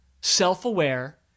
self-aware